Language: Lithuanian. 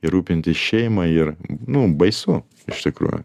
ir rūpintis šeima ir nu baisu iš tikrųjų